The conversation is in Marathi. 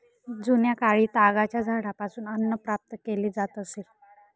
जुन्याकाळी तागाच्या झाडापासून अन्न प्राप्त केले जात असे